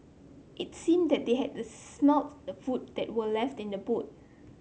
it seemed that they had smelt the food that were left in the boot